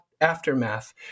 aftermath